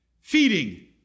feeding